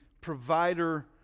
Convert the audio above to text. provider